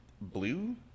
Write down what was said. blue